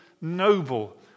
noble